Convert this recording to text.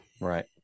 right